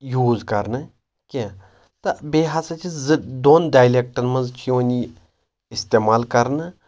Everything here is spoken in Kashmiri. یوٗز کرنہٕ کینٛہہ تہٕ بیٚیہِ ہسا چھِ زٕ دۄن ڈایلیکٹن منٛز چھُ یِوان یہِ استعمال کرنہٕ